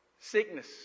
sickness